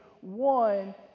one